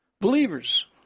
believers